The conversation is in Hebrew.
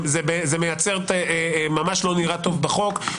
זה ממש לא נראה טוב בחוק.